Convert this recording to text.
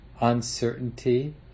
uncertainty